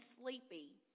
sleepy